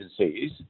agencies